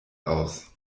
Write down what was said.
aus